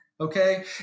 Okay